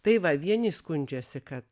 tai va vieni skundžiasi kad